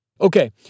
Okay